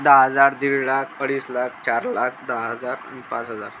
दहा हजार दीड लाख अडीच लाख चार लाख दहा हजार पाच हजार